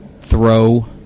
Throw